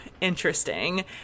interesting